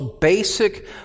basic